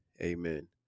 amen